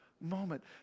moment